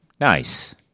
Nice